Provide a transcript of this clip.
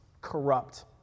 corrupt